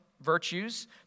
virtues